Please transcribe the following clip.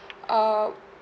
err